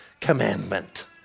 commandment